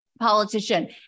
politician